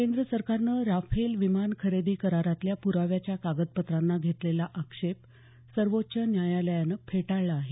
केंद्र सरकारनं राफेल विमान खरेदी करारातल्या पुराव्याच्या कागदपत्रांना घेतलेला आक्षेप सर्वोच्च न्यायालयानं फेटाळला आहे